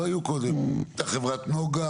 היתה חברת נגה